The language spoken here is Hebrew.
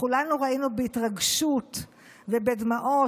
כולנו ראינו בהתרגשות ובדמעות,